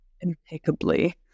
impeccably